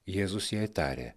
jėzus jai tarė